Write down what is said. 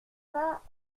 pas